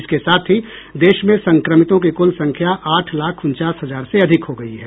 इसके साथ ही देश में संक्रमितों की कुल संख्या आठ लाख उनचास हजार से अधिक हो गई है